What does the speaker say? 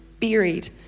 buried